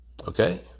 Okay